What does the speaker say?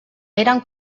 eren